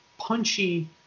punchy